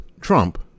Trump